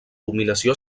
dominació